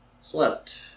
slept